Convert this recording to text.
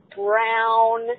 brown